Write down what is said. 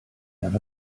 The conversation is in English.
got